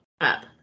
up